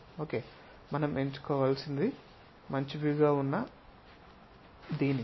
మరియు మనం ఎంచుకోవలసినది మంచి వ్యూ గా ఉన్న దీనిని